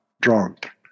drunk